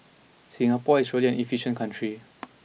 Singapore is really an efficient country